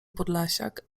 podlasiak